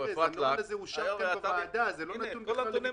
זה לא נתון בכלל לוויכוח.